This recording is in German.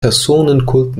personenkult